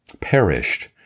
perished